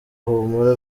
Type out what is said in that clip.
humura